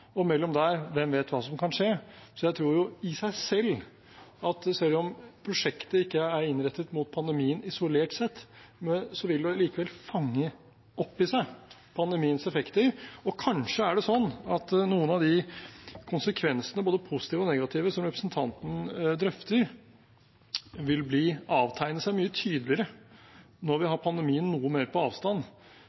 og mellom der – hvem vet hva som kan skje? Så jeg tror, i seg selv, at selv om prosjektet ikke er innrettet på pandemien isolert sett, vil det likevel fange opp i seg pandemiens effekter. Og kanskje er det sånn at noen av de konsekvensene, både positive og negative, som representanten drøfter, vil avtegne seg mye tydeligere når vi har pandemien noe mer på avstand,